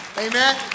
Amen